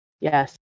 Yes